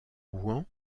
rouen